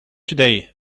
today